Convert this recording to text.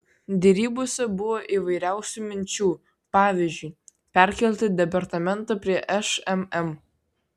derybose buvo įvairiausių minčių pavyzdžiui perkelti departamentą prie šmm